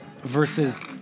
Versus